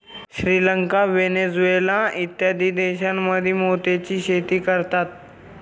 Sri Lanka, Venezuela इत्यादी देशांमध्येही मोत्याची शेती करतात